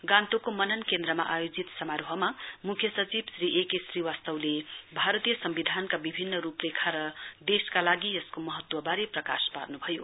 गान्तोकको मनन केन्द्रमा आयोजित समारोहमा म्ख्य सचिव श्री ए के श्रीवास्तवले भारतीय सम्विधानका विभिन्न रुपरेखा र देशका लागि यसको महत्ववारे प्रकाश पार्न्भयो